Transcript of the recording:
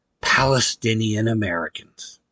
Palestinian-Americans